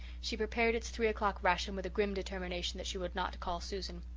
she prepared its three o'clock ration with a grim determination that she would not call susan.